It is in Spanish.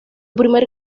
primer